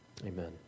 Amen